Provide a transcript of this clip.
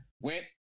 went